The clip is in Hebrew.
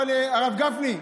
אבל הרב גפני,